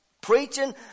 preaching